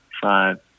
five